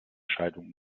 scheidung